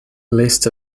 list